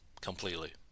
completely